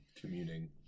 communing